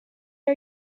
are